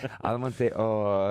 almantai o